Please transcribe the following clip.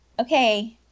Okay